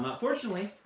but fortunately,